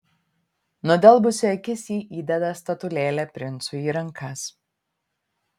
nudelbusi akis ji įdeda statulėlę princui į rankas